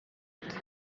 ati